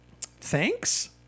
thanks